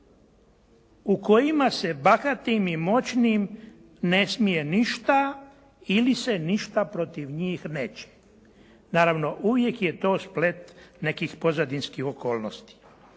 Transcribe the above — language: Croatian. u kojima se bahatim i moćnim ne smije ništa ili se ništa protiv njih neće. Naravno uvijek je to splet nekih pozadinskih okolnosti.